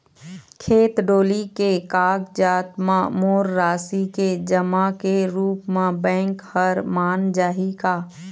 खेत डोली के कागजात म मोर राशि के जमा के रूप म बैंक हर मान जाही का?